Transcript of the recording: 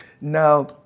Now